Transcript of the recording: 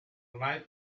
ormai